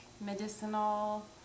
medicinal